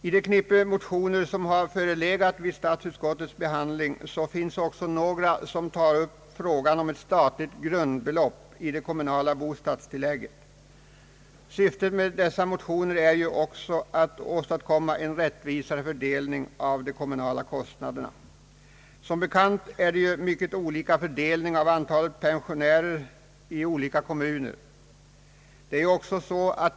I det knippe motioner som förelegat vid statsutskottets behandling finns också några som tar upp frågan om ett statligt grundbelopp i det kommunala bostadstillägget. Syftet med dessa motioner är likaså att åstadkomma en rättvisare fördelning av de kommunala kostnaderna. Som bekant är antalet pensionärer olika i olika kommuner.